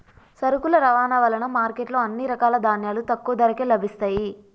సరుకుల రవాణా వలన మార్కెట్ లో అన్ని రకాల ధాన్యాలు తక్కువ ధరకే లభిస్తయ్యి